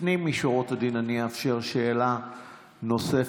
לפנים משורת הדין אני אאפשר שאלה נוספת.